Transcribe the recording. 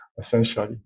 essentially